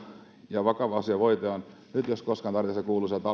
ja vakava asia voitetaan nyt jos koskaan tarvitaan sitä kuuluisaa talvisodan henkeä